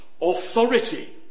authority